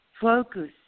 focus